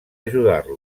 ajudar